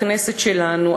בכנסת שלנו,